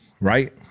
right